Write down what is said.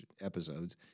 episodes